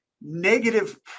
negative